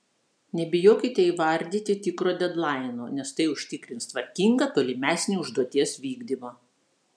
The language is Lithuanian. nebijokite įvardyti tikro dedlaino nes tai užtikrins tvarkingą tolimesnį užduoties vykdymą